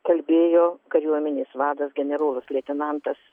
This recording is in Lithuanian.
kalbėjo kariuomenės vadas generolas leitenantas